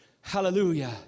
Hallelujah